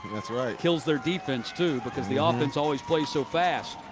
that's right. kills their defense, too, because the ah offense always plays so fast.